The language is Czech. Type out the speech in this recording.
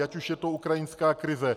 Ať už je to ukrajinská krize.